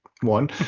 one